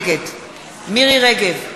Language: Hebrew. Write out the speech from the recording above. נגד מירי רגב,